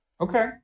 Okay